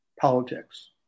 politics